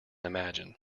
imagine